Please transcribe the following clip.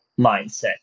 mindset